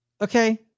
okay